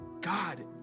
god